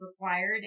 required